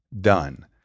done